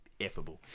effable